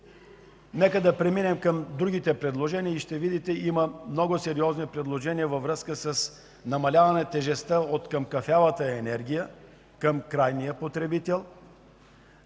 момента да преминем към другите предложения. Ще видите, че има много сериозни предложения във връзка с намаляване тежестта откъм кафявата енергия към крайния потребител,